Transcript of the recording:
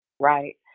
right